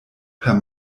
per